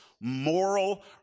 moral